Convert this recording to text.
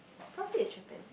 probably a chimpanzee